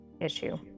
Issue